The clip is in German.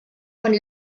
von